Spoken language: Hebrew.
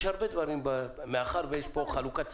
יש הרבה דברים, מאחר שיש פה חלוקת סמכויות,